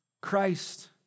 Christ